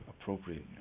appropriate